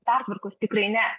pertvarkos tikrai ne